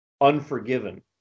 unforgiven